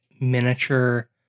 miniature